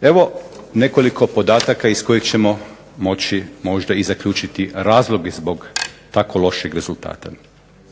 Evo nekoliko podataka iz kojih ćemo moći možda i zaključiti razloge zbog tako lošeg rezultata.